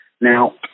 Now